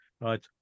right